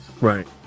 Right